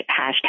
hashtag